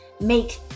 make